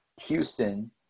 Houston